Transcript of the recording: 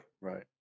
Right